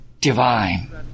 divine